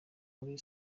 muri